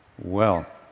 well,